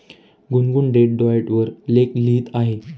गुनगुन date diet वर लेख लिहित आहे